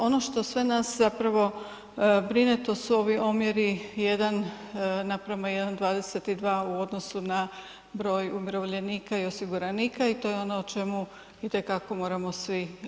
Ono što sve nas zapravo brine to su ovi omjeri 1:122 u odnosu na broj umirovljenika i osiguranika i to je ono o čemu itekako moramo svi razmišljati.